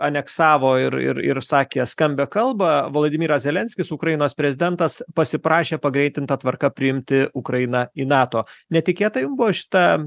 aneksavo ir ir ir sakė skambią kalbą volodimiras zelenskis ukrainos prezidentas pasiprašė pagreitinta tvarka priimti ukrainą į nato netikėta jum buvo šita